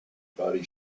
body